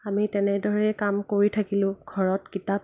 আমি তেনেদৰে কাম কৰি থাকিলোঁ ঘৰত কিতাপ